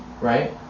right